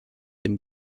dem